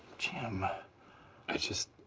jim ah i just.